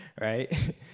right